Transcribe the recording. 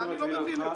אני לא מבין את זה.